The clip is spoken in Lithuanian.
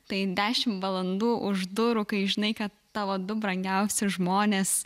tai dešimt valandų už durų kai žinai kad tavo du brangiausi žmonės